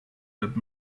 that